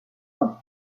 non